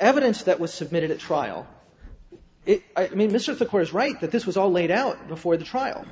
evidence that was submitted at trial it i mean this is the course right that this was all laid out before the trial